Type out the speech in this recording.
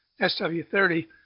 SW30